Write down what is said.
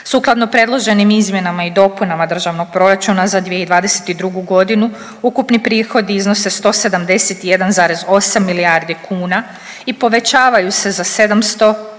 Sukladno predloženim izmjenama i dopunama Državnog proračuna za 2022. g., ukupni prihodi iznose 171,8 milijardi kuna i povećavaju se za 758,2 milijuna